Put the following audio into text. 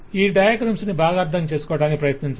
ఈ డయాగ్రమ్ ని బాగా అర్థం చేసుకోవడానికి ప్రయత్నించండి